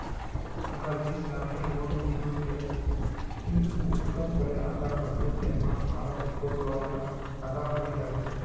अगर बीस लाखेर लोन लिलो ते ती कुंसम करे अदा करबो ते पाँच सालोत तोर लोन डा अदा है जाबे?